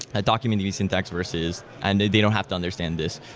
a document db syntax versus and they don't have to understand this,